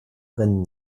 brennen